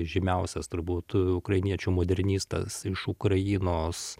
žymiausias turbūt ukrainiečių modernistas iš ukrainos